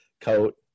coat